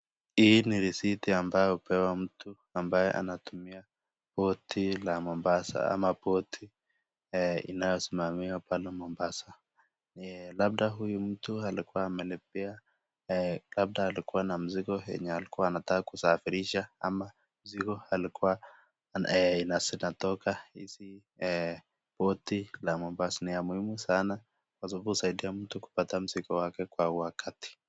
Hii ni receipt ambayo hupewa mtu ambaye anatumia poti la Mombasa ama poti inayosimamiwa pale Mombasa. Labda huyu mtu alikuwa amelipia, labda alikuwa na mzigo yenye alikuwa anataka kusafirisha ama mzigo zinatoka poti la Mombasa. Ni ya muhimu sana kwa sababu husaidia mtu kupata mzigo wake kwa wakati.